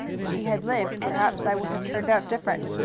if she had lived perhaps i would have turned out different.